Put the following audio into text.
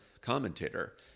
commentator